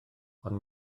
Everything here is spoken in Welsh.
ond